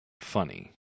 funny